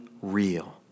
real